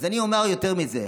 אז אני אומר יותר מזה.